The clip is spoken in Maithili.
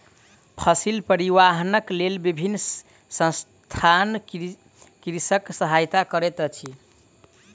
फसिल परिवाहनक लेल विभिन्न संसथान कृषकक सहायता करैत अछि